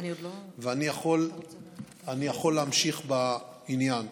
ואני יכול להמשיך בעניין.